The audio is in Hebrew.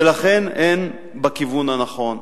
ולכן הן בכיוון הנכון.